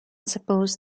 supposed